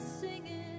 singing